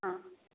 ആ